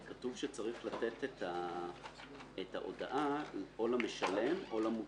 כתוב שצריך לתת את ההודעה או למשלם או למוטב.